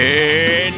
Hey